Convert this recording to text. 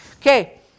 Okay